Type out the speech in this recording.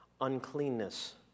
uncleanness